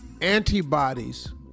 antibodies